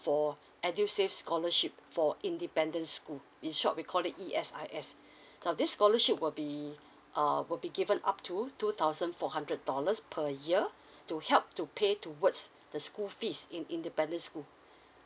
for edusave scholarship for independent school in short we call it E_S_I_S now this scholarship will be uh will be given up to two thousand four hundred dollars per year to help to pay towards the school fees in independent school